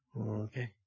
Okay